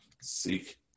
seek